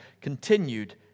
continued